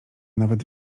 nawet